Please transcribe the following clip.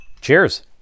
Cheers